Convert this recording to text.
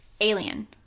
Alien